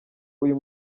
uyu